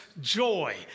joy